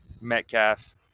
Metcalf